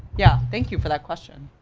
yeah, thank you for that question.